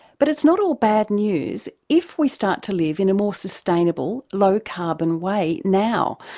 but it's not all bad news if we start to live in a more sustainable low-carbon way now.